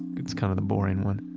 it's kind of the boring one.